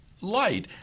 light